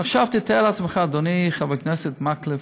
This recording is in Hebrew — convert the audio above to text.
עכשיו, תתאר לעצמך, אדוני חבר הכנסת מקלב,